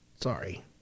Sorry